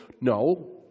No